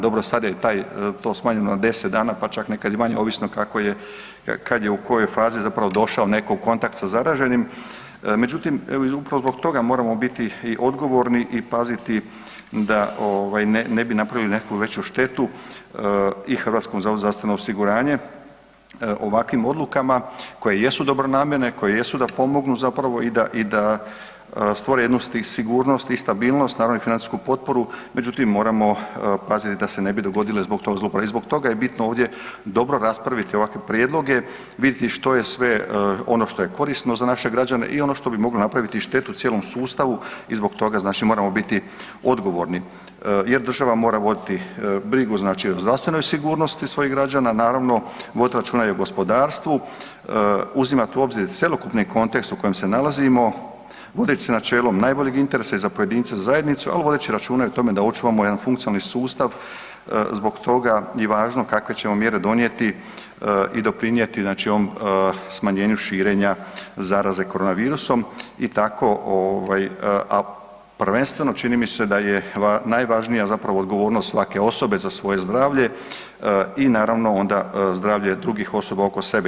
Dobro, sad je to smanjeno na 10 dana pa čak nekad i manje, ovisno kako je kad u kojoj fazi zapravo došao neko u kontakt sa zaraženim, međutim evo upravo i zbog toga moramo biti i odgovorni i paziti da ne bi napravili nekakvu veću štetu i HZZO-u ovakvim odlukama koje jesu dobronamjerne, koje jesu da pomognu zapravo i da stvore jednu sigurnost i stabilnost naravno i financijsku potporu međutim moramo paziti da se ne bi dogodile zbog te zlouporabe i zbog toga je bitno ovdje dobro raspraviti ovakve prijedloge, vidjeti što je sve ono što je korisno za naše građane i ono što bi moglo napraviti štetu cijelom sustavu i zbog toga znači, moramo biti odgovorni jer država mora voditi brigu znači o zdravstvenoj sigurnosti svojih građana, naravno, voditi računa i o gospodarstvu, uzimat u obzir cjelokupni kontekst u kojem se nalazimo, vodeći se načelom najboljeg interesa i za pojedinca i za zajednicu ali vodeći računa i o tome da očuvamo jedan funkcionalni sustav zbog toga je važno kakve ćemo mjere donijeti i doprinijeti znači ovom smanjenju širenja zaraze korona virusom i tako a prvenstveno čini mi se da je najvažnija zapravo odgovornost svake osobe zdravlje i naravno, onda zdravlje drugih osoba oko sebe.